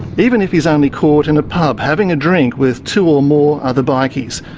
even if he's only caught in a pub having a drink with two or more other bikies,